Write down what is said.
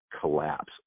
collapse